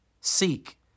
Seek